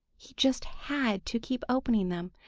he just had to keep opening them.